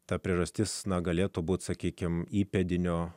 ta priežastis na galėtų būti sakykime įpėdinio